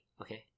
Okay